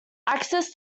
access